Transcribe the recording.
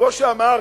שכמו שאמר